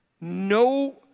no